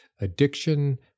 addiction